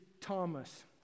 Thomas